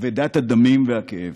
כבדת הדמים והכאב.